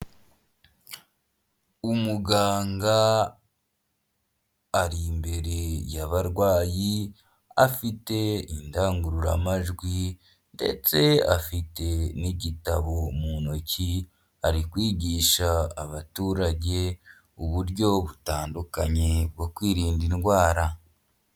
Umuganga ari imbere yabarwayi afite indangururamajwi ndetse afite n'igitabo mu ntoki ari kwigisha abaturage uburyo butandukanye bwo kwirinda indwara.